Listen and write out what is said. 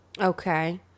Okay